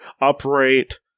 operate